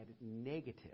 negative